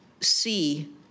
see